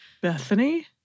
Bethany